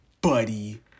Buddy